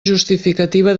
justificativa